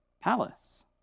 palace